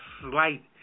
slight